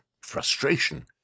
frustration